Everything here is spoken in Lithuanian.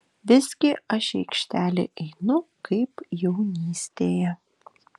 visgi aš į aikštelę einu kaip jaunystėje